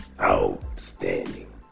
outstanding